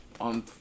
on